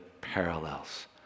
parallels